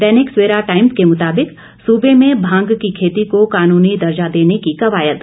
दैनिक Savera Times के मुताबिक सूबे में भांग की खेती को कानूनी दर्जा देने की कवायद